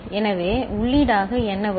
எனவே உள்ளீடாக என்ன வரும்